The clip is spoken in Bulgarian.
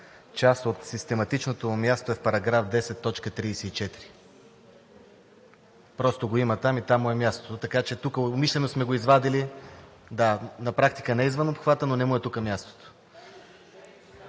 Част от систематичното му място е в § 10, т. 34. Просто го има там и там му е мястото, така че тук умишлено сме го извадили. Да, на практика не е извън обхвата, но не му е тук мястото.